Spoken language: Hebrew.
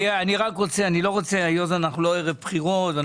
אנחנו לא ערב בחירות.